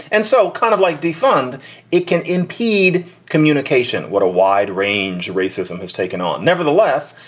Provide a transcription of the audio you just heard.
and so kind of like defund it can impede communication. what a wide range racism is taken on. nevertheless,